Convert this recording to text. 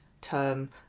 term